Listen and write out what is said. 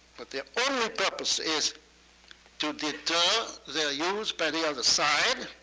but their only purpose is to deter their use by the other side.